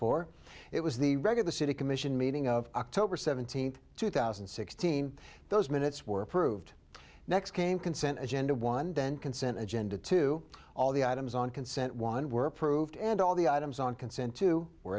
for it was the reg of the city commission meeting of october seventeenth two thousand and sixteen those minutes were approved next came consent agenda one then consent agenda to all the items on consent one were approved and all the items on consent two were